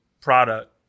product